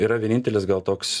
yra vienintelis gal toks